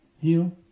heal